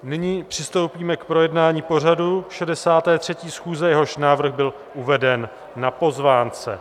Nyní přistoupíme k projednání pořadu 63. schůze, jehož návrh byl uveden na pozvánce.